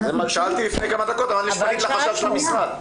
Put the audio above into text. שאלתי לפני כמה דקות --- לחשב של המשרד.